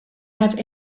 have